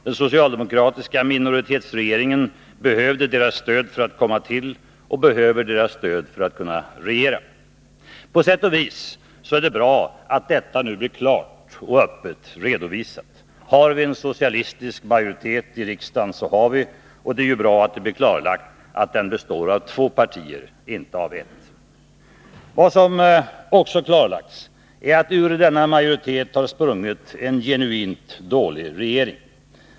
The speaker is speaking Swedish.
Den socialdemokratiska minoritetsregeringen behövde deras stöd för att träda till och behöver deras stöd för att kunna regera. På sätt och vis är det bra att detta nu blir klart och öppet redovisat. Har vi en socialistisk majoritet i riksdagen så har vi, och det är bra att det blir klarlagt att den består av två partier, inte av ett. Vad som också har klarlagts är att ur denna majoritet har sprungit en genuint dålig regering.